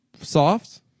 Soft